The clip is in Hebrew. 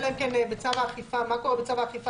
אלא אם כן בצו האכיפה, מה קורה בצו האכיפה?